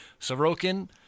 Sorokin